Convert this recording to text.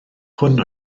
hwn